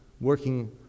working